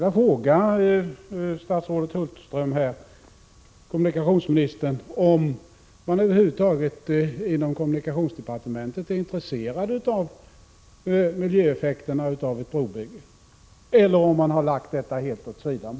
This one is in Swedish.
Jag skulle vilja fråga kommunikationsminister Hulterström om man över huvud taget inom kommunikationsdepartementet är intresserad av miljöeffekterna av ett brobygge, eller om man lagt detta helt åt sidan.